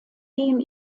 gehen